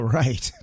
right